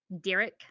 Derek